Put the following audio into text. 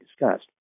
discussed